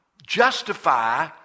justify